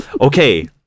okay